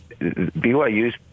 BYU's